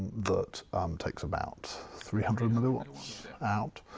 that takes about three hundred milliwatts out.